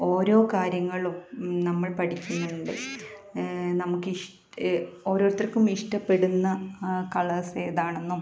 ഓരോ കാര്യങ്ങളും നമ്മൾ പഠിക്കുന്നുണ്ട് നമുക്കിഷ്ടം ഓരോരുത്തർക്കും ഇഷ്ടപ്പെടുന്ന ആ കളേർസ് ഏതാണെന്നും